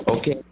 okay